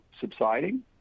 subsiding